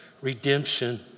redemption